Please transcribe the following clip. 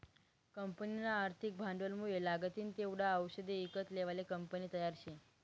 कंपनीना आर्थिक भांडवलमुये लागतीन तेवढा आवषदे ईकत लेवाले कंपनी तयार शे